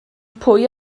pwy